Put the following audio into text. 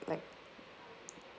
like